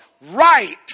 right